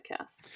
podcast